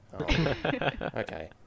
Okay